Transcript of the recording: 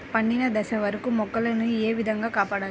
పండిన దశ వరకు మొక్కల ను ఏ విధంగా కాపాడాలి?